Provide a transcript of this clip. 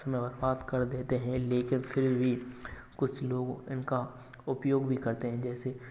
समय बर्बाद कर देते हैं लेकिन फिर भी कुछ लोगों इनका उपयोग भी करते हैं जैसे